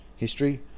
history